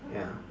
ya